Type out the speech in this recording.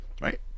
right